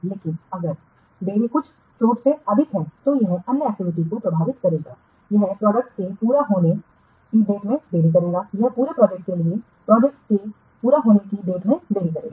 लेकिन अगर देरी कुल फ्लोट से अधिक है तो यह अन्य एक्टिविटी को प्रभावित करेगा यह प्रोजेक्ट के पूरा होने की डेट में देरी करेगा यह पूरे प्रोजेक्ट के लिए प्रोजेक्ट के पूरा होने की डेट में देरी करेगा